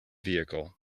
vehicle